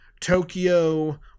Tokyo